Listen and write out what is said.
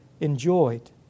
enjoyed